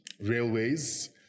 railways